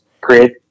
Create